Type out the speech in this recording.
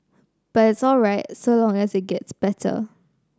but it's all right so long as it gets better